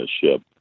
ship